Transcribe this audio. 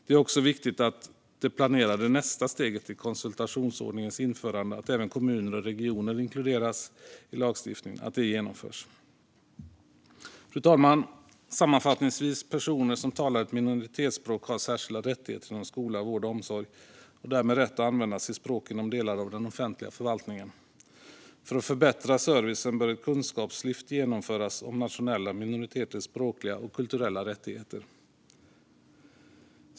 Det är också viktigt att det planerade nästa steget i konsultationsordningens införande genomförs, det vill säga att även kommuner och regioner inkluderas i lagstiftningen. Fru talman! Sammanfattningsvis vill jag säga att personer som talar ett minoritetsspråk har särskilda rättigheter inom skola, vård och omsorg, och därmed har de rätt att använda sitt språk inom delar av den offentliga förvaltningen. För att förbättra servicen bör ett kunskapslyft genomföras om nationella minoriteters språkliga och kulturella rättigheter.